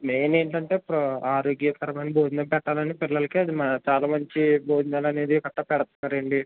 main ఏంటంటే ప్రొ ఆరోగ్యకరమైన భోజనం పెట్టాలని పిల్లలకి అది మా చాలా మంచి భోజనాలు అనేది గట్రా పెడతారండి